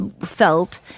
felt